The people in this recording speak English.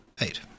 eight